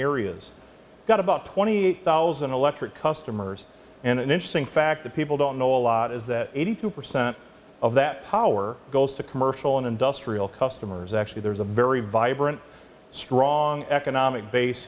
areas got about twenty eight thousand electric customers and an interesting fact that people don't know a lot is that eighty two percent of that power goes to commercial and industrial customers actually there's a very vibrant strong economic base